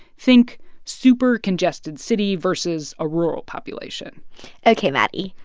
think super congested city versus a rural population ok, maddie,